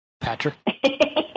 Patrick